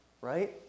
Right